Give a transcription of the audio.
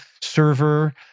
server